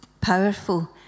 powerful